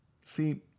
See